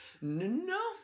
No